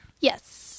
yes